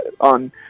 on